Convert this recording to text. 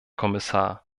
kommissar